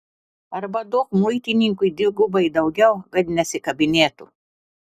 arba duok muitininkui dvigubai daugiau kad nesikabinėtų